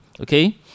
okay